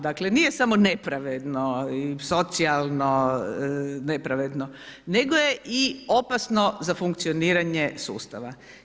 Dakle nije samo nepravedno i socijalno nepravedno nego je i opasno za funkcioniranje sustava.